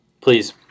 please